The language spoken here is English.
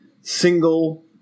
single